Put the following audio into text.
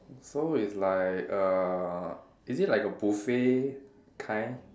so it's like uh is it like a buffet kind